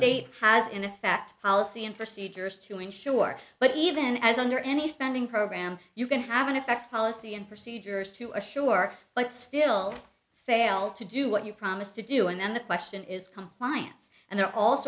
state has in effect policy and procedures to ensure but even as under any spending program you can have an effect policy and procedures to assure but still fail to do what you promised to do and then the question is compliance and